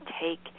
take